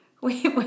Wait